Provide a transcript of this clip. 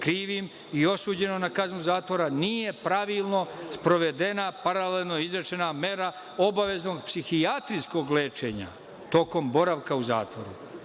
krivim i osuđeno na kaznu zatvora nije pravilno sprovedena paralelno izrečena mera obaveznog psihijatrijskog lečenja tokom boravka u zatvoru.